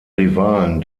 rivalen